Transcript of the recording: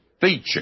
feature